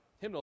hymnal